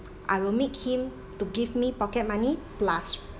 I will make him to give me pocket money plus